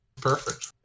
Perfect